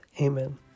Amen